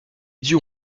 dieux